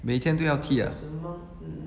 每天都要剃 ah